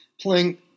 Playing